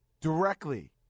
directly